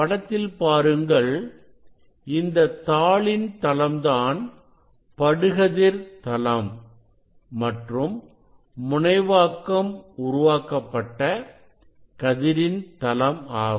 படத்தில் பாருங்கள் இந்த தாளின் தளம்தான் படுகதிர் தளம் மற்றும் முனைவாக்கம் உருவாக்கப்பட்ட கதிரின் தளம் ஆகும்